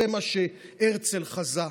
זה מה שהרצל חזה,